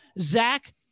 Zach